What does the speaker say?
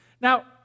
Now